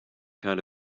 kind